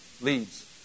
leads